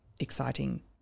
exciting